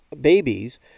babies